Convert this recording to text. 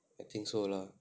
I think so lah